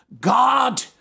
God